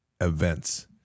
events